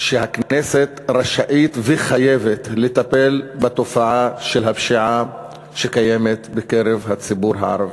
שהכנסת רשאית וחייבת לטפל בתופעה של הפשיעה שקיימת בקרב הציבור הערבי.